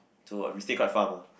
so we stayed quite far mah